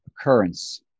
occurrence